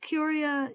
Curia